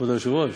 כבוד היושב-ראש,